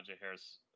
Harris